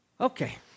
Okay